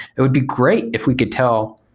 it would be great if we could tell,